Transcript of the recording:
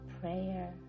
prayer